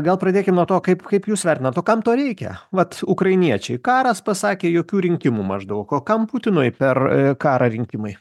gal pradėkim nuo to kaip kaip jūs vertinat o kam to reikia vat ukrainiečiai karas pasakė jokių rinkimų maždaug o kam putinui per karą rinkimai